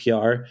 pr